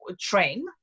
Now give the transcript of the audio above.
train